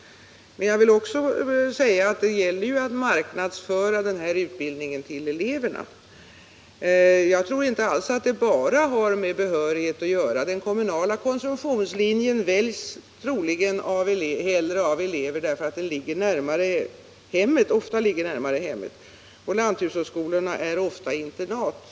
Men jag vill också säga att det gäller att hos eleverna marknadsföra den här utbildningen. Jag tror inte alls att det bara har med behörighet att göra. Anledningen till att elever hellre väljer den kommunala konsumtionslinjen är troligen att utbildningsmöjligheterna ofta ligger närmare hemmet. Lanthushållsskolorna är ofta internat.